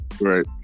Right